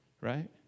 right